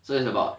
so it's about